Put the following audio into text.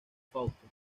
fausto